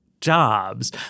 jobs